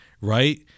right